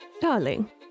Darling